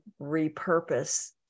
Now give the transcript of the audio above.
repurpose